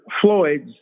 Floyd's